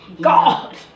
God